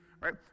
right